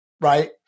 right